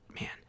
Man